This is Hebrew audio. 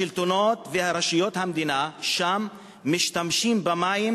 השלטונות ורשויות המדינה שם משתמשים במים